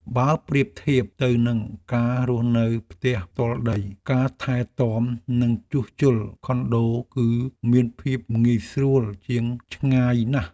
បើប្រៀបធៀបទៅនឹងការរស់នៅផ្ទះផ្ទាល់ដី ការថែទាំនិងជួសជុលខុនដូគឺមានភាពងាយស្រួលជាងឆ្ងាយណាស់។